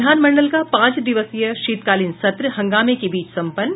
विधानमंडल का पांच दिवसीय शीतकालीन सत्र हंगामे के बीच संपन्न